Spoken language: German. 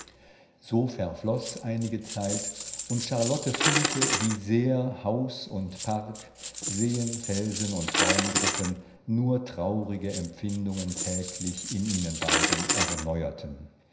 so verfloß einige zeit und charlotte fühlte wie sehr haus und park seen felsen und baumgruppen nur traurige empfindungen täglich in ihnen beiden erneuerten